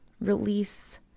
release